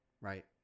right